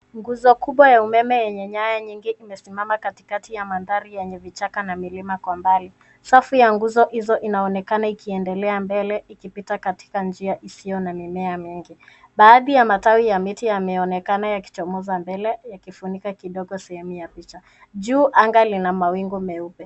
Nguzo kubwa ya umeme yenye nyaya nyingi imesimama katikati ya mandhari yenye vichaka na milima kwa umbali. Safu ya nguzo hizo inaonekana ikiendelea mbele ikipita katika njia isio na mimea mingi. Baadhi ya matawi ya miti yameoonekana yakichomoza mbele yakifunika kidogo sehemu ya picha. Juu anga lina mawingu meupe.